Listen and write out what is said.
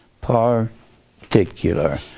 particular